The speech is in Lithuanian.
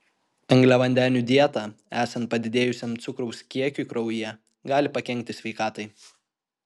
angliavandenių dieta esant padidėjusiam cukraus kiekiui kraujyje gali pakenkti sveikatai